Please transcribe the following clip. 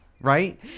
Right